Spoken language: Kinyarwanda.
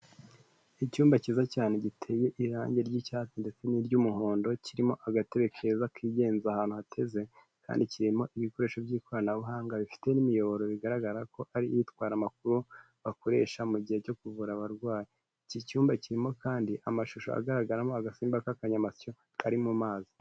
Icyumba cyiza cyane giteye irangi ry'icyatsi ndetse n'iry'umuhondo kirimo agatebe keza kigenza ahantu hateze, kandi kirimo ibikoresho by'ikoranabuhanga bifite n'imiyoboro bigaragara ko ari itwara amakuru, bakoresha mu gihe cyo kuvura abarwayi, iki cyumba kirimo kandi amashusho agaragaramo agasimba k'akanyamasyo kari mu mazi.